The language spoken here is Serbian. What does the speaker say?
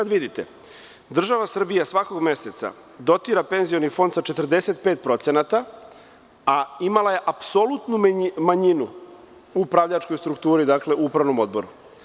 Država Srbija svakog meseca dotira penzioni fond sa 45%, a imala je apsolutnu manjinu u upravljačkoj strukturi, odnosno u upravnom odboru.